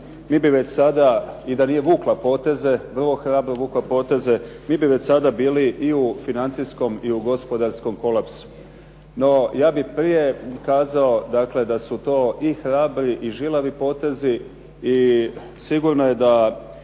mi bi već sada i da nije vukla poteze, vrlo hrabro vukla poteze mi bi sada bili i u financijskom i u gospodarskom kolapsu. Naime, ja bih prije kazao dakle da su to i hrabri i žilavi potezi i sigurno je da